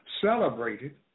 Celebrated